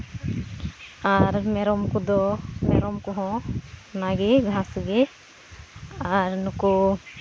ᱟᱨ ᱢᱮᱨᱚᱢ ᱠᱚᱫᱚ ᱢᱮᱨᱚᱢ ᱠᱚᱦᱚᱸ ᱚᱱᱟᱜᱮ ᱜᱷᱟᱥ ᱜᱮ ᱟᱨ ᱱᱩᱠᱩ